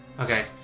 okay